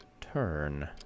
turn